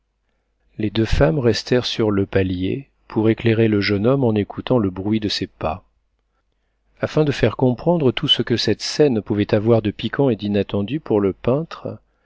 les deux femmes restèrent sur le palier pour éclairer le jeune homme en écoutant le bruit de ses pas afin de faire comprendre tout ce que cette scène pouvait avoir de piquant et d'inattendu pour le peintre